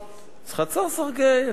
חצר-סרגיי,